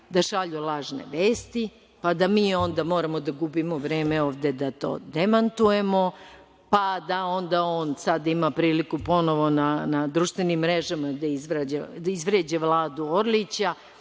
da šalju lažne vesti, pa da mi onda moramo da gubimo vreme ovde da to demantujemo, pa da onda on sada ima priliku ponovo na društvenim mrežama da izvređa Vladu Orlića,